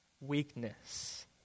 weakness